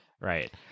Right